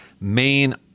main